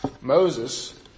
Moses